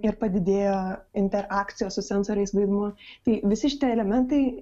ir padidėjo interakcijos su sensoriais vaidmuo tai visi šitie elementai